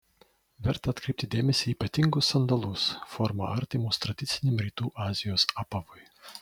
verta atkreipti dėmesį į ypatingus sandalus forma artimus tradiciniam rytų azijos apavui